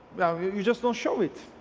you just don't show it,